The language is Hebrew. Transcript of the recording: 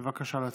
בבקשה להצביע.